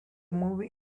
movie